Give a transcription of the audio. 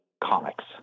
comics